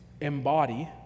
embody